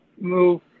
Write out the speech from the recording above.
move